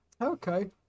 okay